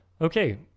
Okay